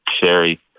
Sherry